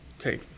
okay